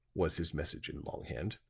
was his message in long-hand.